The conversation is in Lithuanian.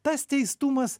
tas teistumas